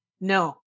no